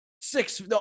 six